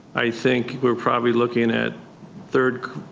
i think we're probably looking at third.